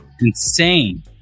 insane